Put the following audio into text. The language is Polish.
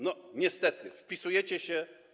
Niestety, wpisujecie się.